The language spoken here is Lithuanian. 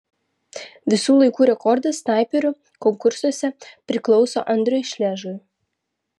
visų laikų rekordas snaiperių konkursuose priklauso andriui šležui